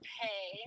pay